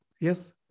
Yes